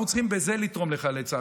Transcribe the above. אנחנו צריכים בזה לתרום לחיילי צה"ל,